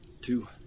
Two